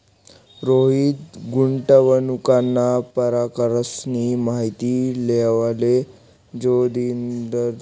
रोहित गुंतवणूकना परकारसनी माहिती लेवाले जोगिंदरजोडे गया